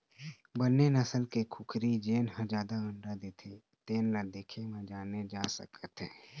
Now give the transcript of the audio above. बने नसल के कुकरी जेन ह जादा अंडा देथे तेन ल देखे म जाने जा सकत हे